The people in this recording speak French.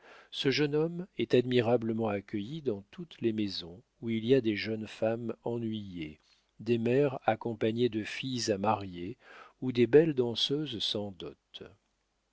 ce jeune homme est admirablement accueilli dans toutes les maisons où il y a des jeunes femmes ennuyées des mères accompagnées de filles à marier ou des belles danseuses sans dot